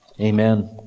Amen